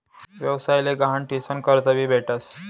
व्यवसाय ले गहाण ठीसन कर्ज भी भेटस